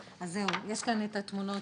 יש כאן את התמונות